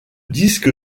disque